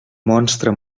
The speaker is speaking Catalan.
monstre